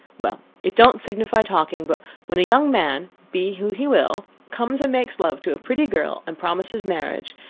well, it don't signify talking but when a young man, be who he will, comes and makes love to a pretty girl, and promises marriage,